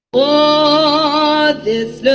oh, this